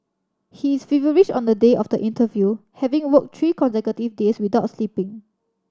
he is feverish on the day of the interview having worked three consecutive days without sleeping